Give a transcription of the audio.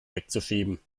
wegzuschieben